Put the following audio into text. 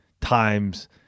times